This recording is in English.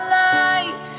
light